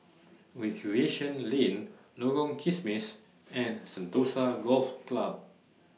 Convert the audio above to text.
Recreation Lane Lorong Kismis and Sentosa Golf Club